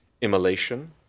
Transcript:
Immolation